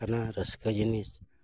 ᱠᱟᱱᱟ ᱨᱟᱹᱥᱠᱟᱹ ᱡᱤᱱᱤᱥ